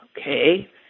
Okay